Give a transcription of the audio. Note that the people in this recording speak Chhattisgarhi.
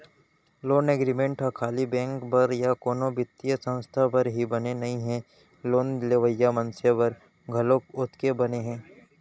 लोन एग्रीमेंट ह खाली बेंक बर या कोनो बित्तीय संस्था बर ही बने नइ हे लोन लेवइया मनसे बर घलोक ओतके बने हे